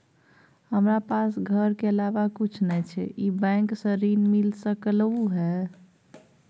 हमरा पास घर के अलावा कुछ नय छै ई बैंक स ऋण मिल सकलउ हैं?